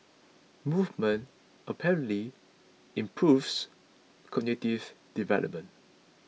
movement apparently improves cognitives development